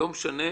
לא משנה.